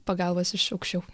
pagalbos iš aukščiau